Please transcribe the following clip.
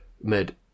made